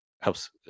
helps